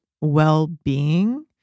well-being